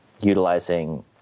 utilizing